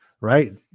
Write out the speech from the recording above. Right